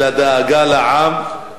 של הדאגה לעם.